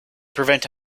prevent